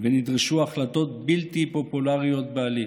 ונדרשו החלטות בלתי פופולריות בעליל,